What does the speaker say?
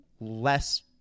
less